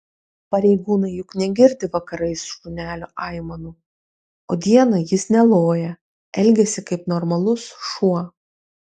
pareigūnai juk negirdi vakarais šunelio aimanų o dieną jis neloja elgiasi kaip normalus šuo